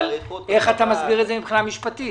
אבל איך אתה מסביר את זה מבחינה משפטית?